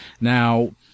Now